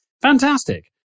Fantastic